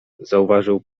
zauważył